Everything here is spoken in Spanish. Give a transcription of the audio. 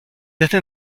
desde